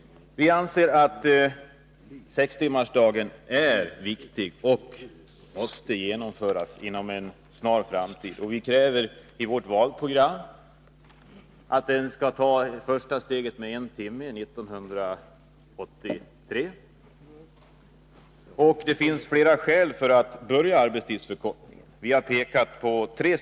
Sextimmarsdagen är viktig och måste genomföras inom en snar framtid, och vi kräver i vårt valprogram att första steget skall tas 1983 med en timmes arbetstidsförkortning. Det finns flera skäl för att införa arbetstidsförkortningen. Vi har pekat på tre. 1.